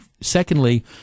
secondly